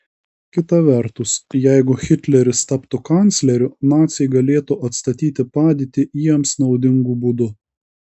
kita vertus jeigu hitleris taptų kancleriu naciai galėtų atstatyti padėtį jiems naudingu būdu